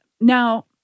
now